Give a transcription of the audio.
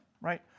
right